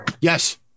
Yes